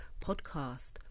podcast